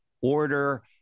order